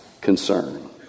concern